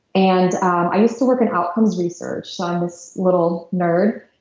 and um i used to work at outcome's research so i'm this little nerd,